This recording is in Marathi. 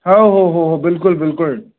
हो हो हो हो बिलकुल बिलकुल